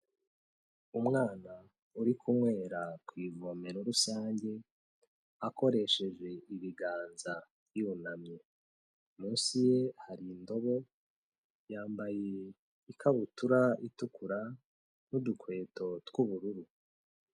Umwana uri kunywera ku ivomero rusange akoresheje ibiganza yunamye, munsi ye hari indobo, yambaye ikabutura itukura n'udukweto tw'ubururu.